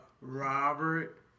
Robert